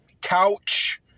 couch